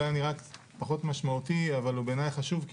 נראה פחות משמעותי אבל הוא בעיניי חשוב,